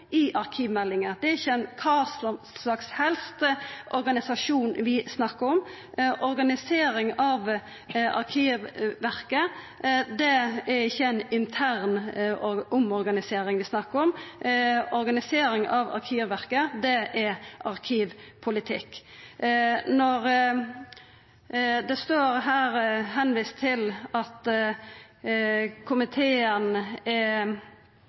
i arkivmeldinga. Det er ikkje likegyldig kva organisasjon vi snakkar om. Det er ikkje ei intern omorganisering vi snakkar om. Organisering av Arkivverket er arkivpolitikk. Når det her er vist til at komiteen er